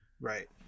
Right